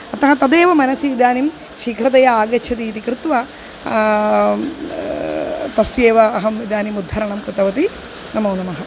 अतः तदेव मनसि इदानीं शीघ्रतया आगच्छति इति कृत्वा तस्यैव अहम् इदानीम् उद्धरणं कृतवती नमो नमः